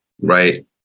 Right